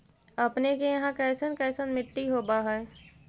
अपने के यहाँ कैसन कैसन मिट्टी होब है?